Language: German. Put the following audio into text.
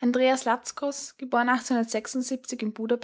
andreas latz nach seiner im buda